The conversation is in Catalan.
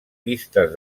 pistes